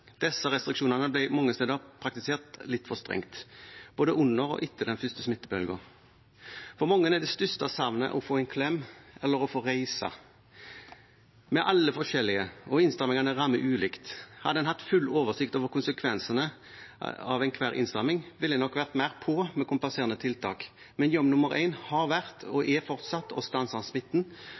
Disse restriksjonene ble mange steder praktisert litt for strengt både under og etter den første smittebølgen. For mange er det største savnet å få en klem eller å få reise. Vi er alle forskjellige, og innstramningene rammer ulikt. Hadde en hatt full oversikt over konsekvensene av enhver innstramning, ville en nok vært mer på med kompenserende tiltak, men jobb nummer én har vært og er fortsatt å stanse